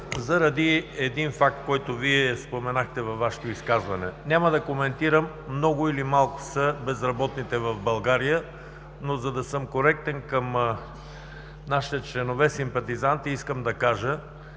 заради един факт, който Вие споменахте във Вашето изказване. Няма да коментирам много или малко са безработните в България, но, за да съм коректен към нашите членове симпатизанти, искам да кажа,